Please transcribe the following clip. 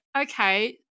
okay